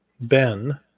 Ben